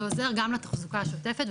זה עוזר גם לתחזוקה השוטפת,